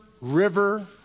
river